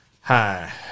Hi